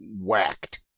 whacked